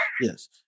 Yes